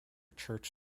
church